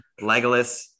Legolas